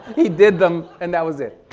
he did them and that was it.